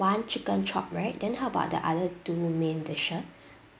one chicken chop right then how about the other two main dishes